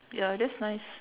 ya that's nice